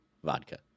Vodka